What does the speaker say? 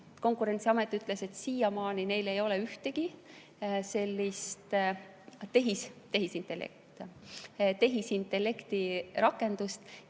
Konkurentsiamet ütles, et siiamaani neil ei ole ühtegi sellist tehisintellektirakendust